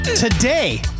Today